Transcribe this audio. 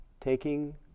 taking